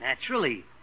Naturally